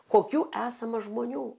kokių esama žmonių